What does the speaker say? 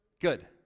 Good